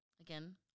Again